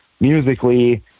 Musically